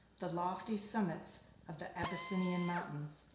the lofty summits of the abyssinian mountains,